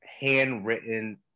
handwritten